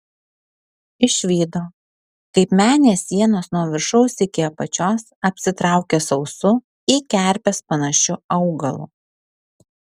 išvydo kaip menės sienos nuo viršaus iki apačios apsitraukia sausu į kerpes panašiu augalu